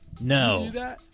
No